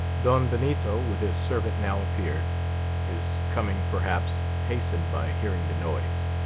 don benito, with his servant, now appeared his coming perhaps, hastened by hearing the noise.